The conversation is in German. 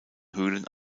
höhlen